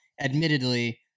admittedly